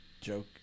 joke